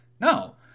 No